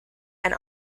and